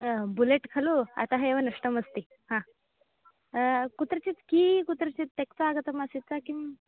bullet खलु अतः एव नष्टमस्ति कुत्रचित् की कुत्रचित् त्यक्त्वा आगतमासीद्वा किम्